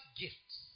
gifts